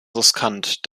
riskant